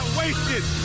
wasted